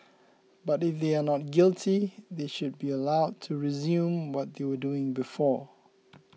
but if they are not guilty they should be allowed to resume what they were doing before